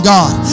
God